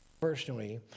Personally